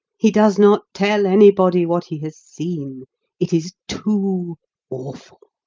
he does not tell anybody what he has seen it is too awful.